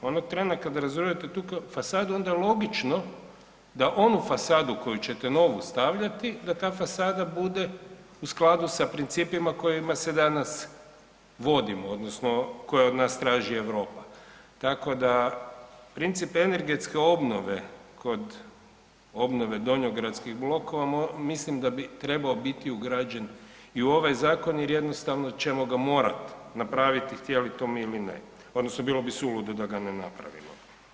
Onog trena kad razrujete tu fasadu, onda je logično da onu fasadu koju ćete novu stavljati, da ta fasada bude u skladu sa principa kojima se danas vodimo odnosno koje od nas traži Europa, tako da princip energetske obnove kod obnove donjogradskih blokova mislim da bi trebao biti ugrađen i u ovaj Zakon jer jednostavno ćemo ga morat napraviti htjeli to mi ili ne, odnosno bilo bi suludo da ga ne napravimo.